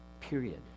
period